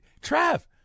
Trav